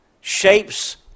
shapes